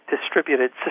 distributed